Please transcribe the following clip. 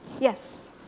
Yes